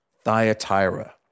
Thyatira